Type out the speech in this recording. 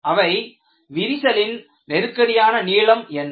அவை விரிசலின் நெருக்கடியான நீளம் என்ன